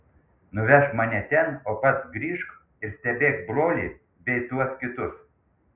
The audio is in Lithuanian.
nuvežk mane ten o pats grįžk ir stebėk brolį bei tuos kitus